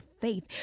faith